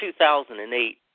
2008